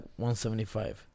175